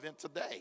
today